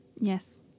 Yes